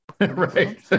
right